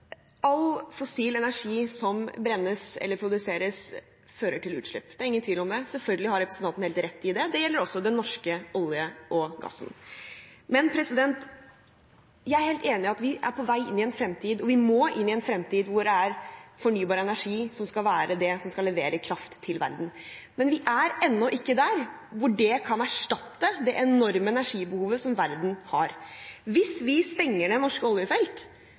All fossil energi som brennes eller produseres, fører til utslipp. Det er ingen tvil om det. Selvfølgelig har representanten helt rett i det. Det gjelder også den norske oljen og gassen. Jeg er helt enig i at vi er på vei inn i en fremtid – og vi må inn i en fremtid – hvor det er fornybar energi som skal være det som leverer kraft til verden. Men vi er ennå ikke der hvor det kan erstatte det enorme energibehovet verden har. Hvis vi stenger norske oljefelt,